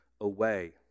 away